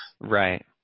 Right